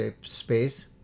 space